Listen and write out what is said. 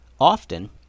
Often